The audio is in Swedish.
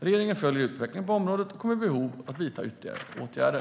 Regeringen följer utvecklingen på området och kommer vid behov att vidta ytterligare åtgärder.